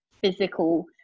physical